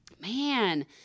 man